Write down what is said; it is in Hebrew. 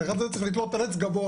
את האחד הזה צריך לתלות על עץ גבוה,